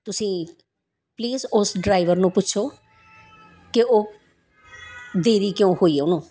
ਤੁਸੀਂ ਪਲੀਸ ਉਸ ਡਰਾਈਵਰ ਨੂੰ ਪੁੱਛੋਂ ਕੇ ਉਹ ਦੇਰੀ ਕਿਉਂ ਹੋਈ ਹੈ ਉਹਨੂੰ